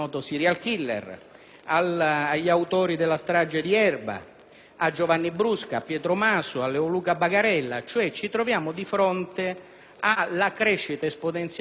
agli autori della strage di Erba, a Giovanni Brusca, a Pietro Maso, a Leoluca Bagarella. Ci troviamo dunque di fronte alla crescita esponenziale di un fenomeno